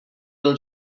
byl